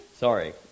Sorry